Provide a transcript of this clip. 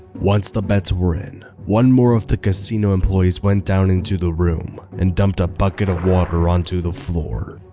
once the bets were in, one more of the casino employees went down into the room and dumped a bucket of water on the floor.